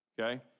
okay